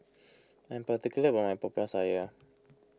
I'm particular about my Popiah Sayur